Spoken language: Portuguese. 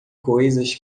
coisas